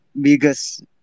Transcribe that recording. biggest